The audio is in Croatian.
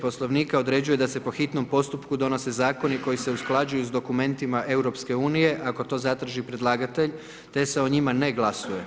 Poslovnika određuje da se po hitnom postupku donose zakoni koji se usklađuju sa dokumentima EU-a ako to zatraži predlagatelj te se o njima ne glasuje.